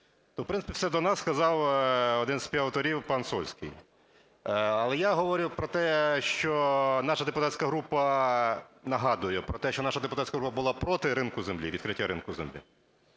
в принципі, все до нас сказав один із співавторів пан Сольський. Але я говорю про те, що наша депутатська група, нагадую про те, що наша депутатська група була проти ринку землі, відкриття ринку землі,